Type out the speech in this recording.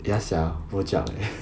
ya sia rojak eh